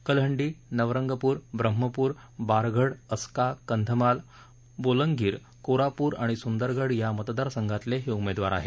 कलहंडी नवरंगपूर ब्रहमपूर् बारगढ अस्का कंधमाल बोलंगीर कोरापूर आणि सुंदरगड या मतदारसंघातले हे उमेदवार आहेत